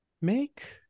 Make